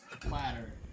Platter